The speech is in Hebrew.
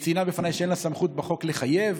היא ציינה בפניי שאין לה סמכות בחוק לחייב,